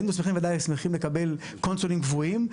היינו ודאי שמחים לקבל קונסולים קבועים,